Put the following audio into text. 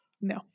No